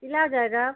सिला जाएगा